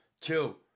Two